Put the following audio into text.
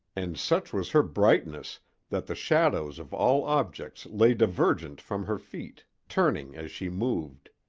and such was her brightness that the shadows of all objects lay divergent from her feet, turning as she moved.